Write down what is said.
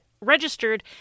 registered